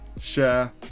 share